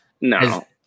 No